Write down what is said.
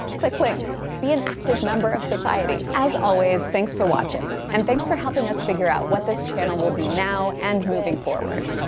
click links, be an active member of society. as always, thanks for watching and thanks for helping us figure out what this channel will be now and moving forward.